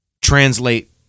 translate